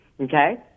Okay